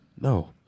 No